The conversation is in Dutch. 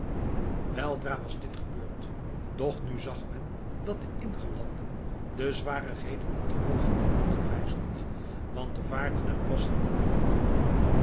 weldra was dit gebeurd doch nu zag men dat de ingelanden de zwarigheden niet te hoog hadden opgevijzeld want de vaarten en plassen liepen niet door